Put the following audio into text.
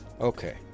Okay